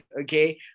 okay